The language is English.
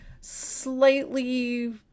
slightly